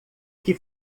que